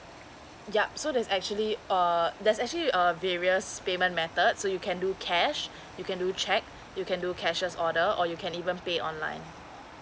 yup so there's actually uh there's actually a various payment method so you can do cash you can do cheque you can do cashes order or you can even pay online